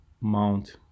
Mount